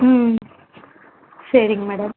ம் சரிங்க மேடம்